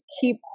keep